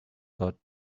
thought